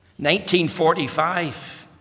1945